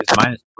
minus